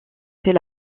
fait